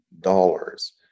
dollars